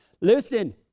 listen